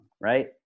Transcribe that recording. Right